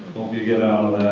hope you get outta